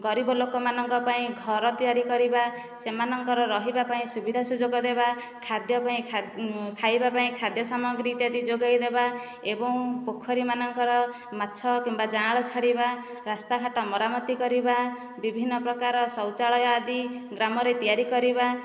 ଗରିବ ଲୋକମାନଙ୍କ ପାଇଁ ଘର ତିଆରି କରିବା ସେମାନଙ୍କର ରହିବା ପାଇଁ ସୁବିଧା ସୁଯୋଗ ଦେବା ଖାଦ୍ୟ ପାଇଁ ଖାଇବା ପାଇଁ ଖାଦ୍ୟ ସାମଗ୍ରୀ ଇତ୍ୟାଦି ଯୋଗେଇଦେବା ଏବଂ ପୋଖରୀମାନଙ୍କର ମାଛ କିମ୍ବା ଯାଆଁଳ ଛାଡ଼ିବା ରାସ୍ତାଘାଟ ମରାମତି କରିବା ବିଭିନ୍ନ ପ୍ରକାର ଶୌଚାଳୟ ଆଦି ଗ୍ରାମରେ ତିଆରି କରିବା